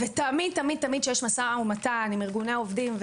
תמיד כאשר יש משא ומתן עם ארגוני עובדים,